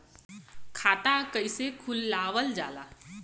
खाता कइसे खुलावल जाला?